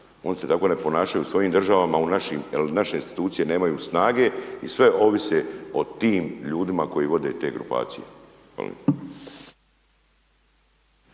Oni se tako ne ponašaju u svojim državama, u našim, jer naše institucije nemaju snage i sve ovise o tim ljudima koji vode te grupacije. Hvala